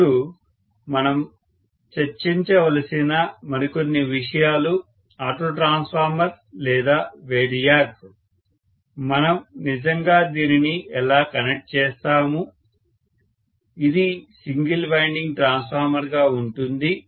ఇప్పుడు మనం చర్చించ వలసిన మరికొన్ని విషయాలు ఆటోట్రాన్స్ఫార్మర్ లేదా వేరియాక్ మనం నిజంగా దీనిని ఎలా కనెక్ట్ చేస్తాము ఇది సింగిల్ వైండింగ్ ట్రాన్స్ఫార్మర్ గా ఉంటుంది